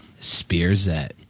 Spearset